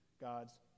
God's